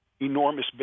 enormous